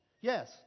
Yes